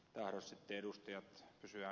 paras edustaja kysyä